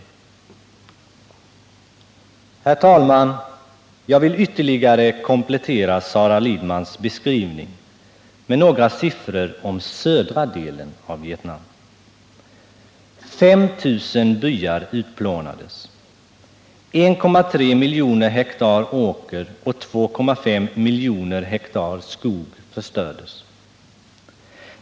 Herr talman! Jag vill med några siffror om södra delen av Vietnam ytterligare komplettera Sara Lidmans beskrivning. 5 000 byar utplånades. 1,3 miljoner ha åker och 2,5 miljoner ha skog förstördes.